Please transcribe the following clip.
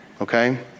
Okay